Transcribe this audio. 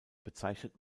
bezeichnet